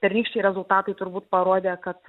pernykščiai rezultatai turbūt parodė kad